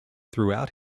throughout